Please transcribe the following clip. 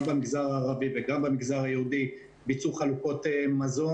גם במגזר הערבי וגם במגזר היהודי ביצעו חלוקות מזון